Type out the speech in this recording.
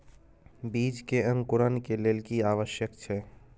बीज के अंकुरण के लेल की आवश्यक छै?